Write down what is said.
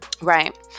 right